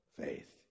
faith